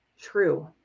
true